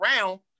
round